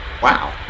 Wow